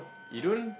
you don't